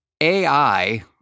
AI